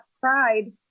pride